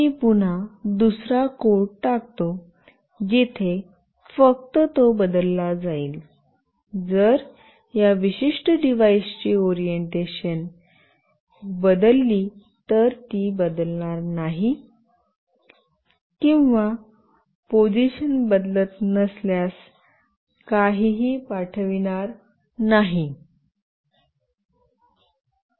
आता मी पुन्हा दुसरा कोड टाकतो जिथे फक्त तो बदलला जाईल जर या विशिष्ट डिव्हाइसची ओरिएंटेशन दिशा बदलली तर ती बदलणार नाही किंवा पोझिशन बदलत नसल्यास काहीही पाठविणार नाही